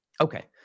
Okay